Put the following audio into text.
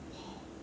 !wow!